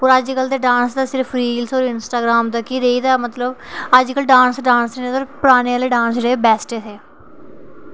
और अज्जकल दे तां डांस सिर्फ रील्स और इंस्टाग्राम तक ही रेही दा ऐ मतलब अज्जकल डांस डांस नि पुराने आह्ले डांस जेह्ड़े बैस्ट हे